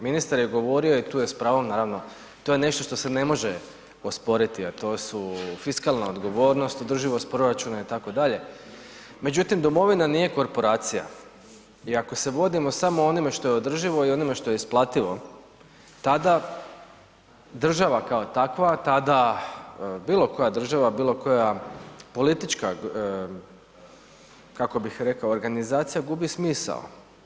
Ministar je govorio i tu je s pravom naravno, to je nešto što se ne može osporiti a to su fiskalna odgovornost, održivost proračuna itd., međutim Domovina nije korporacija i ako se vodimo samo onime što je održivo i onime što je isplativo tada država kao takva, tada bilo koja država, bilo koja politička kako bih rekao organizacija gubi smisao.